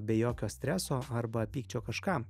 be jokio streso arba pykčio kažkam